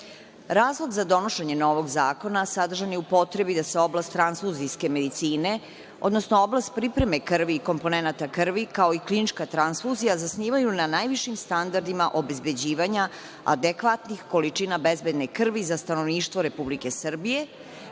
za donošenje novog zakona sadržan je u potrebi da se oblast transfuzijske medicine, odnosno oblast pripreme krvi i komponenata krvi, kao i klinička transfuzija, zasnivaju na najvišim standardima obezbeđivanja adekvatnih količina bezbedne krvi za stanovništvo Republike Srbije,